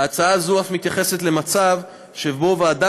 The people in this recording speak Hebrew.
ההצעה הזאת אף מתייחסת למצב שבו ועדה